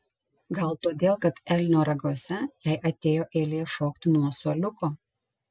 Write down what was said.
gal todėl kad elnio raguose jai atėjo eilė šokti nuo suoliuko